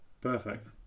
Perfect